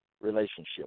relationship